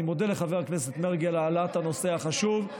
אני מודה לחבר הכנסת מרגי על העלאת הנושא החשוב.